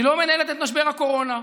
היא לא מנהלת את משבר הקורונה,